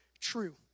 true